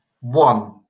one